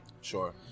Sure